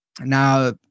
Now